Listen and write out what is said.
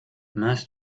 mince